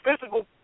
physical